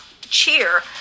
cheer